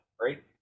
right